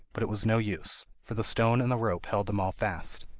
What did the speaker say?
but it was no use, for the stone and the rope held them all fast.